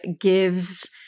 gives